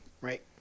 Right